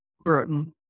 Burton